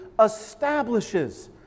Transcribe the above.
establishes